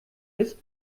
ist